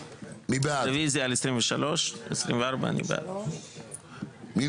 רביזיה על 23. הסתייגות מספר 24. מי